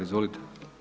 Izvolite.